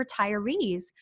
retirees